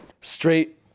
Straight